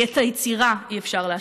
את היצירה אי-אפשר להשתיק.